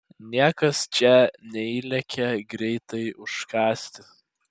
niekas čia neįlekia greitai užkąsti